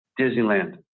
Disneyland